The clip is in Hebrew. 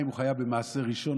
האם הוא חייב במעשר ראשון,